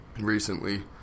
recently